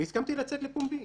והסכמתי לצאת לפומבי.